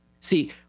See